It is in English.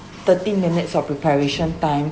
thirty minutes of preparation time